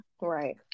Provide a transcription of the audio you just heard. Right